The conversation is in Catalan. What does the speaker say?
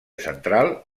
central